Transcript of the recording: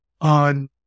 on